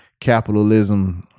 capitalism